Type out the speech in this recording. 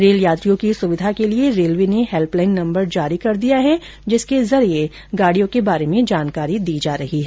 rail यात्रियों की सुविधा के लिये रेलवे ने हैल्पलाईन नम्बर जारी कर दिया है जिसके जरिये गाडियों के बारे में जानकारी दी जा रही है